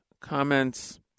comments